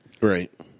Right